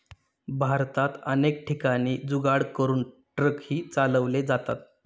भारतात अनेक ठिकाणी जुगाड करून ट्रकही चालवले जातात